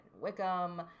Wickham